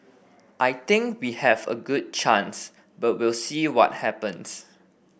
I think we have a good chance but we'll see what happens